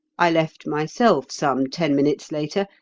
i left myself some ten minutes later,